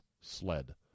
sled